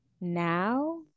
now